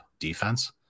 Defense